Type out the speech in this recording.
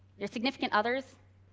your significant other's,